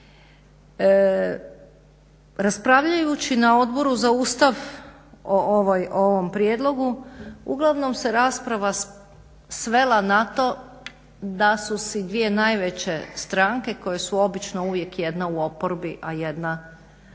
Raspravljajući na Odboru za Ustav o ovom prijedlogu uglavnom se rasprava svela na to da su si dvije najveće stranke koje su obično uvijek jedna u oporbi, a jedna je